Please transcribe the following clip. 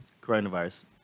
coronavirus